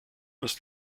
ist